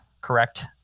correct